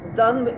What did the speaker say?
done